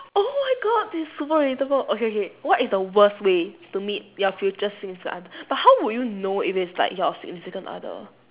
oh my god that's super relatable okay okay what is the worst way to meet your future significant other but how would you know if it's like your significant other